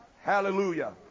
Hallelujah